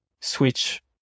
switch